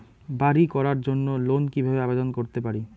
বাড়ি করার জন্য লোন কিভাবে আবেদন করতে পারি?